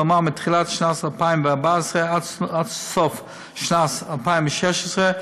כלומר מתחילת שנת 2014 עד סוף שנת 2016,